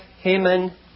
Haman